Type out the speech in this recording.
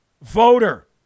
voter